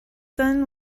son